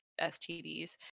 STDs